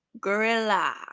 Gorilla